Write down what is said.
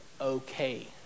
okay